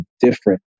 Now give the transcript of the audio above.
different